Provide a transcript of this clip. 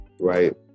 right